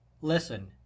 listen